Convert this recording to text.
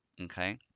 okay